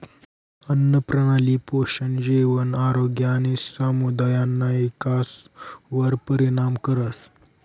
आन्नप्रणाली पोषण, जेवण, आरोग्य आणि समुदायना इकासवर परिणाम करस